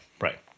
right